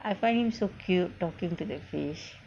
I find him so cute talking to the fish